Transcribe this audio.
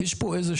יש פה בלבלה.